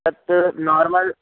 तत् नार्मल्